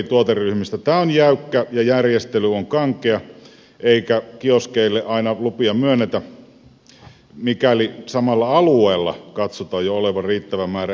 tämä on jäykkää ja järjestely on kankea eikä kioskeille aina lupia myönnetä mikäli samalla alueella katsotaan jo olevan riittävä määrä elintarvikekioskeja